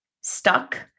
stuck